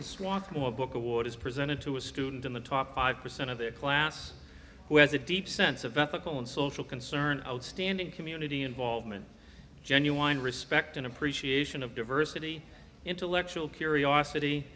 you want more book award is presented to a student in the top five percent of their class who has a deep sense of ethical and social concern outstanding community involvement genuine respect and appreciation of diversity intellectual curiosity